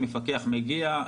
מפקח מגיע,